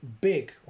big